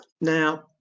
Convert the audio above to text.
Now